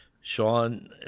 Sean